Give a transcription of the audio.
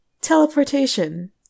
Teleportation